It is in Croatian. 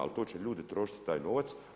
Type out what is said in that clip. A to će ljudi trošiti taj novac.